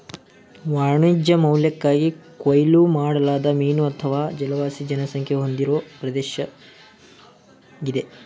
ವಾಣಿಜ್ಯ ಮೌಲ್ಯಕ್ಕಾಗಿ ಕೊಯ್ಲು ಮಾಡಲಾದ ಮೀನು ಅಥವಾ ಜಲವಾಸಿ ಜನಸಂಖ್ಯೆ ಹೊಂದಿರೋ ಪ್ರದೇಶ್ವಾಗಿದೆ